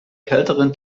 kälteren